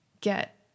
get